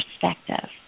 perspective